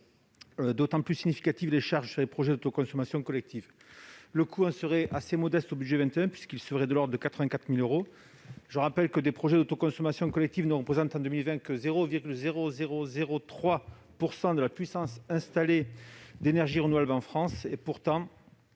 d'autant plus significative les charges sur les projets d'autoconsommation collective. Le coût supplémentaire dans le budget pour 2021 serait de l'ordre de 84 000 euros. Je le rappelle, les projets d'autoconsommation collective ne représentent en 2020 que 0,003 % de la puissance installée d'énergies renouvelables en France. Pourtant,